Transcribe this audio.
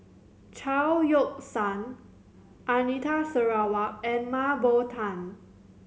Chao Yoke San Anita Sarawak and Mah Bow Tan